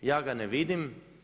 Ja ga ne vidim.